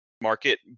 market